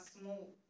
small